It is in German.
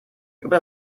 über